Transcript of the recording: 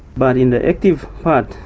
but in the active part,